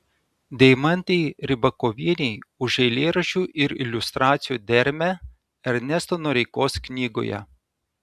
deimantei rybakovienei už eilėraščių ir iliustracijų dermę ernesto noreikos knygoje